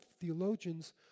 theologians